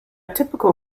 typical